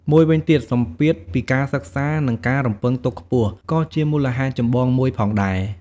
មួយវិញទៀតសម្ពាធពីការសិក្សា និងការរំពឹងទុកខ្ពស់ ក៏ជាមូលហេតុចម្បងមួយផងដែរ។